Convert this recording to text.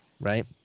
right